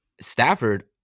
Stafford